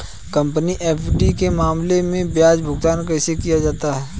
Company FD के मामले में ब्याज भुगतान कैसे किया जाता है?